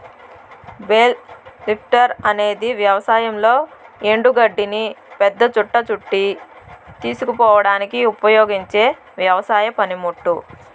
bale lifter అనేది వ్యవసాయంలో ఎండు గడ్డిని పెద్ద చుట్ట చుట్టి తీసుకుపోవడానికి ఉపయోగించే వ్యవసాయ పనిముట్టు